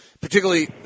particularly